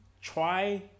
try